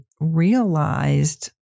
realized